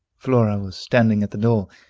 flora was standing at the door.